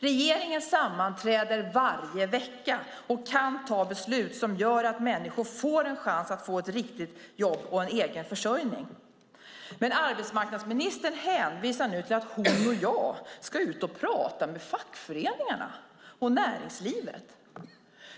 Regeringen sammanträder varje vecka och kan fatta beslut som gör att människor får en chans att få ett riktigt jobb och en egen försörjning. Men arbetsmarknadsministern säger nu att hon och jag ska ut och prata med fackföreningarna och näringslivet.